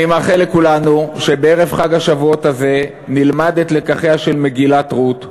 אני מאחל לכולנו שבערב חג השבועות הזה נלמד את לקחיה של מגילת רות,